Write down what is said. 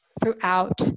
throughout